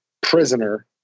prisoner